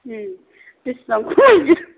बिसिबां खमायनो